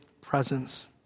presence